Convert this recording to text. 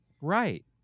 Right